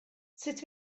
sut